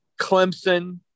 Clemson